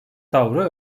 tavrı